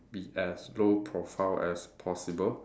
be as low profile as possible